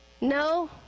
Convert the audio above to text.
No